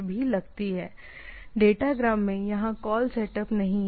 यहां कोई call setup नहीं है जबकि डाटाग्राम एक है